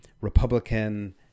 republican